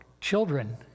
children